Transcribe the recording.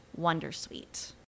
Wondersuite